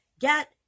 Get